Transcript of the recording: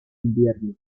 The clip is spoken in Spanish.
invierno